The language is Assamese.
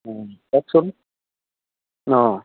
কওকচোন অঁ